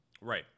Right